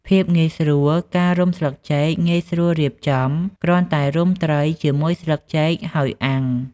ភាពងាយស្រួលការរុំស្លឹកចេកងាយស្រួលរៀបចំ គ្រាន់តែរុំត្រីជាមួយស្លឹកចេកហើយអាំង។